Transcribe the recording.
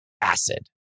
acid